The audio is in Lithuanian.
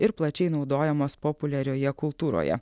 ir plačiai naudojamas populiarioje kultūroje